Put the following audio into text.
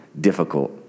difficult